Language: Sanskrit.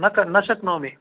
न क न शक्नोमि